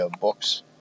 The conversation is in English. books